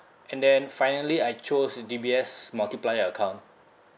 and then finally I chose D_B_S multiplier account